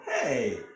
hey